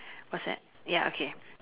what's that ya okay